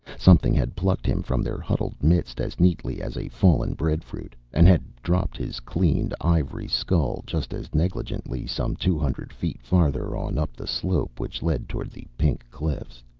something had plucked him from their huddled midst as neatly as a fallen breadfruit and had dropped his cleaned ivory skull just as negligently, some two hundred feet farther on up the slope which led toward the pink cliffs.